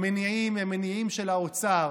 המניעים הם מניעים של האוצר.